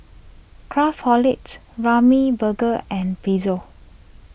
Craftholic Ramly Burger and Pezzo